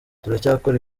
turacyakora